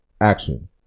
action